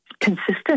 consistent